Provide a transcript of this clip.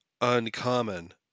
uncommon